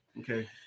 Okay